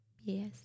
Yes